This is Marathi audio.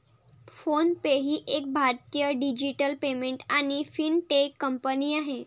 फ़ोन पे ही एक भारतीय डिजिटल पेमेंट आणि फिनटेक कंपनी आहे